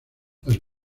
las